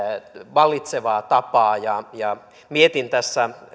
vallitsevaa tapaa mietin tässä